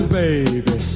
baby